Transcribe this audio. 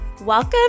Welcome